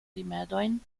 rimedojn